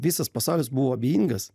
visas pasaulis buvo abejingas